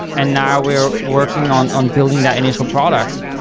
and now we're working on on building that initial product.